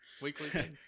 weekly